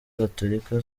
gatulika